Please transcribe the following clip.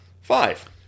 Five